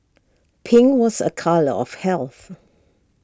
pink was A colour of health